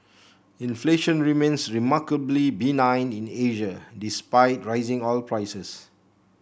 inflation remains remarkably benign in Asia despite rising oil prices